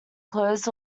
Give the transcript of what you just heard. closed